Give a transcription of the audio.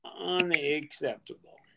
unacceptable